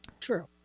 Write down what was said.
True